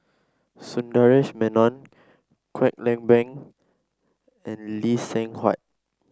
Sundaresh Menon Kwek Leng Beng and Lee Seng Huat